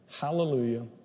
Hallelujah